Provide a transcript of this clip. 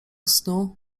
snu